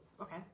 Okay